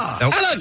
Alan